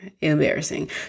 Embarrassing